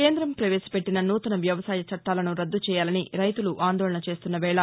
కేందం పవేశపెట్లిన నూతన వ్యవసాయ చట్టాలను రద్దు చేయాలని రైతులు ఆందోళన చేస్తున్న వేళ